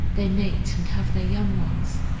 they mate and have their young ones.